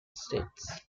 states